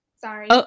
sorry